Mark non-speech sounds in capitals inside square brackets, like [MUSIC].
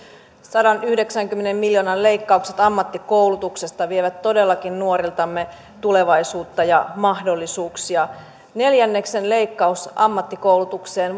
sadanyhdeksänkymmenen miljoonan leikkaukset ammattikoulutuksesta vievät todellakin nuoriltamme tulevaisuutta ja mahdollisuuksia neljänneksen leikkaus ammattikoulutukseen [UNINTELLIGIBLE]